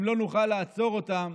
אם לא נוכל לעצור אותם,